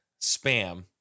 spam